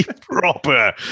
proper